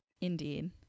Indeed